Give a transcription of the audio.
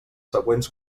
següents